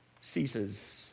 ceases